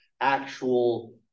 actual